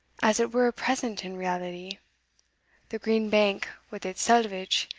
as it were present in reality the green bank, with its selvidge,